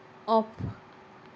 off